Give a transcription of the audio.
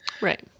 right